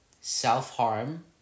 self-harm